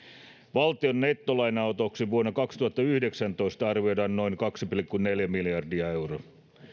valtion nettolainanotoksi vuonna kaksituhattayhdeksäntoista arvioidaan noin kaksi pilkku neljä miljardia euroa